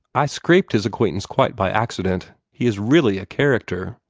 i scraped his acquaintance quite by accident. he is really a character.